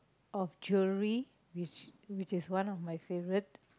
of jewellery which which is one of my favourite